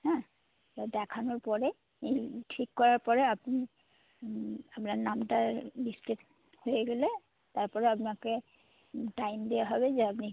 হ্যাঁ তো দেখানোর পরে এই ঠিক করার পরে আপনি আপনার নামটা লিস্টে হয়ে গেলে তারপরে আপনাকে টাইম দেওয়া হবে যে আপনি